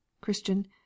Christian